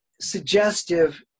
Suggestive